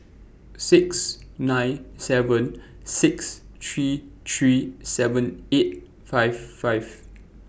six nine seven six three three seven eight five five